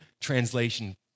translation